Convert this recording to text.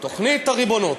תוכנית הריבונות.